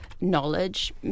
knowledge